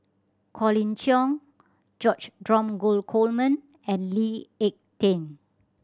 Colin Cheong George Dromgold Coleman and Lee Ek Tieng